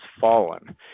fallen